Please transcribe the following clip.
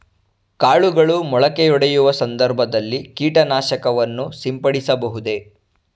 ಕಾಳುಗಳು ಮೊಳಕೆಯೊಡೆಯುವ ಸಂದರ್ಭದಲ್ಲಿ ಕೀಟನಾಶಕವನ್ನು ಸಿಂಪಡಿಸಬಹುದೇ?